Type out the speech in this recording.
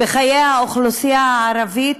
בחיי האוכלוסייה הערבית,